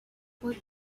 what